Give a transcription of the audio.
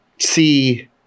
see